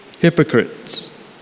Hypocrites